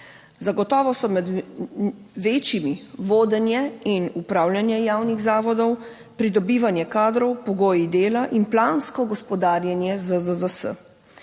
Zagotovo so med večjimi vodenje in upravljanje javnih zavodov, pridobivanje kadrov, pogoji dela in plansko gospodarjenje ZZZS.